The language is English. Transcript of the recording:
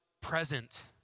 present